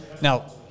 Now